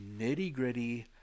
nitty-gritty